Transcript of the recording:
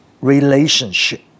relationship